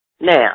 Now